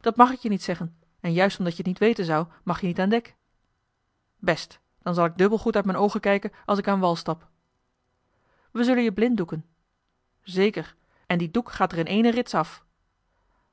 dat mag ik je niet zeggen en juist omdat je het niet weten zou mag je niet aan dek best dan zal ik dubbel goed uit m'n oogen kijken als ik aan wal stap we zullen je blinddoeken zeker die doek gaat er in éénen rits af